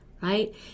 right